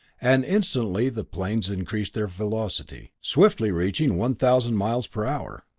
and instantly the planes increased their velocity, swiftly reaching one thousand miles per hour.